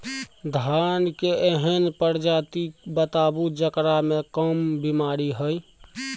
धान के एहन प्रजाति बताबू जेकरा मे कम बीमारी हैय?